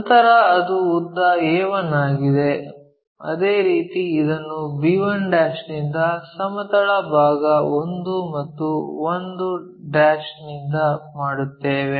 ನಂತರ ಅದು ಉದ್ದ a1 ಆಗಿದೆ ಅದೇ ರೀತಿ ಇದನ್ನು b1 ನಿಂದ ಸಮತಲ ಭಾಗ 1 ಮತ್ತು 1 ನಿಂದ ಮಾಡುತ್ತೇವೆ